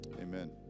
amen